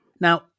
Now